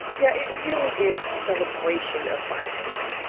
yeah. it really is a celebration of violence,